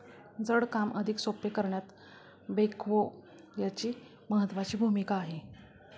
जड काम अधिक सोपे करण्यात बेक्हो यांची महत्त्वाची भूमिका आहे